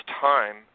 time